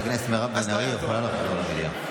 חברת הכנסת מירב בן ארי יכולה לחזור למליאה.